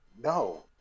no